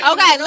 Okay